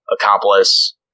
accomplice